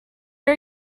are